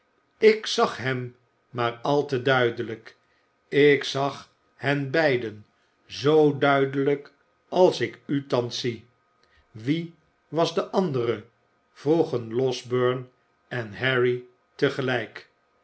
ik zag hem maar al te duidelijk ik zag hen beiden zoo duidelijk als ik u thans zie wie was de andere vroegen losberne e n harry tegelijk